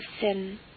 sin